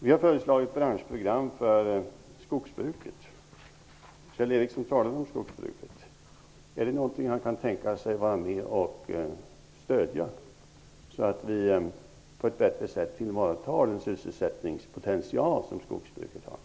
Vi har föreslagit branschprogram för skogsbruket. Kjell Ericsson talade om skogsbruket. Är detta något han tänker sig vara med om att stödja, så att det är möjligt att bättre ta till vara den sysselsättningspotential som skogsbruket utgör?